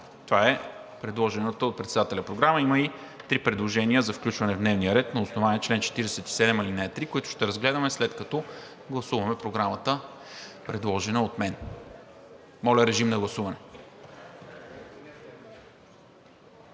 Това е предложената от председателя програма. Има и три предложения за включване в дневния ред на основание чл. 47, ал. 3, които ще разгледаме, след като гласуваме Програмата, предложена от мен. Моля, режим на гласуване.